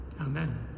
Amen